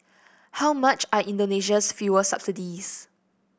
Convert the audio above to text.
how much are Indonesia's fuel subsidies